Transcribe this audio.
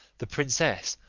the princess,